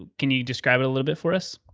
can you describe it a little bit for us?